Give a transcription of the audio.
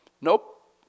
Nope